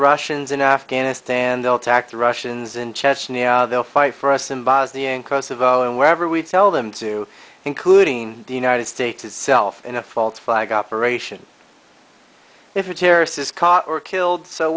russians in afghanistan they'll attack the russians in chechnya they'll fight for us in bosnia and kosovo and wherever we tell them to including the united states itself in a false flag operation if a terrorist is caught or killed so